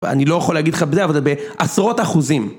אני לא יכול להגיד לך בזה, אבל זה בעשרות אחוזים.